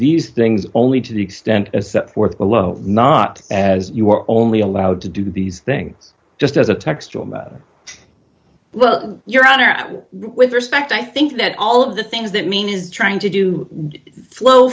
these things only to the extent as set forth below not as you are only allowed to do these things just as a text well your honor with respect i think that all of the things that mean is trying to do flow